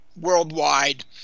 worldwide